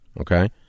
Okay